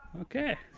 okay